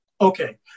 Okay